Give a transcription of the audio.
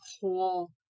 whole